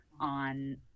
on